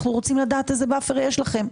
אנחנו רוצים לדעת איזה buffer יש לכם.